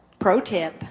Pro-tip